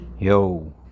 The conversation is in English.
Yo